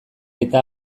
eta